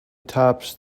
tops